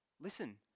listen